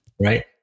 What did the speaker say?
right